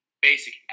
basic